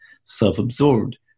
self-absorbed